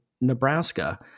Nebraska